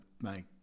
make